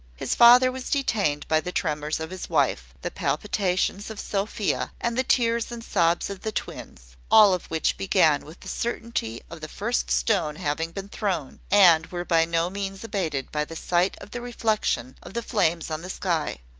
his father was detained by the tremors of his wife, the palpitations of sophia, and the tears and sobs of the twins, all of which began with the certainty of the first stone having been thrown, and were by no means abated by the sight of the reflection of the flames on the sky.